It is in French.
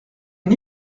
une